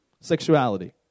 sexuality